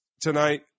tonight